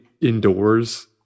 indoors